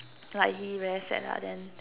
like he very sad lah then